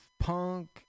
punk